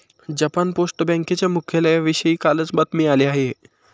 Japan post बँकेच्या मुख्यालयाविषयी कालच बातमी आली आहे